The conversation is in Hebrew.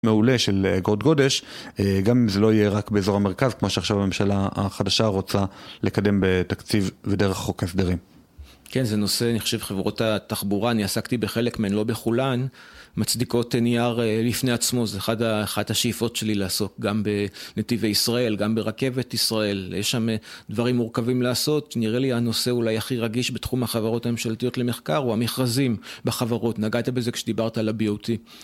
מעולה, של אגרות גודש, גם אם זה לא יהיה רק באזור המרכז, כמו שעכשיו הממשלה החדשה רוצה לקדם בתקציב ודרך חוק ההסדרים. - כן, זה נושא, אני חושב, חברות התחבורה, אני עסקתי בחלק מהן, לא בכולן, מצדיקות נייר לפני עצמו. זו אחת השאיפות שלי לעסוק, גם בנתיבי ישראל, גם ברכבת ישראל. יש שם דברים מורכבים לעשות. נראה לי הנושא אולי הכי רגיש בתחום החברות הממשלתיות למחקר הוא המכרזים בחברות. נגעת בזה כשדיברת על ה-BOT